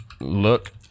Look